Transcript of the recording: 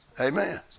Amen